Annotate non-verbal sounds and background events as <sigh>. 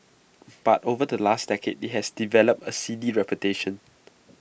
<noise> but over the last decade IT has developed A seedy reputation